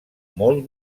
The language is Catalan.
molt